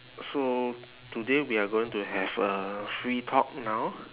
so today we are going to have a free talk now